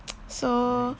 so